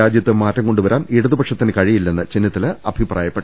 രാജ്യത്ത് മാറ്റം കൊണ്ടുവരാൻ ഇടതുപക്ഷത്തിന് കഴിയില്ലെന്ന് ചെന്നിത്തല അഭിപ്രായപ്പെട്ടു